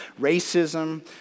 racism